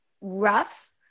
rough